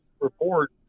report